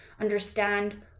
Understand